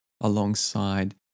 Alongside